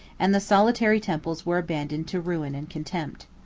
and the solitary temples were abandoned to ruin and contempt.